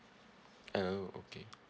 oo okay